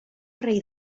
rei